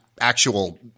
actual